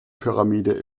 pyramide